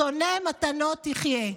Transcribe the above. "ושונא מתנֹת יחיה".